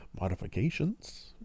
modifications